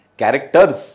Characters